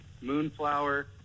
Moonflower